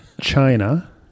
China